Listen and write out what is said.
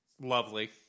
lovely